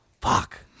Fuck